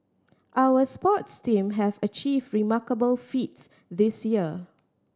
our sports team have achieved remarkable feats this year